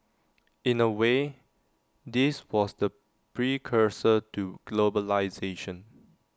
in A way this was the precursor to globalisation